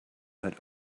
had